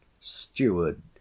Steward